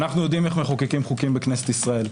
אנו יודעים איך מחוקקים חוקים בכנסת ישראל.